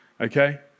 Okay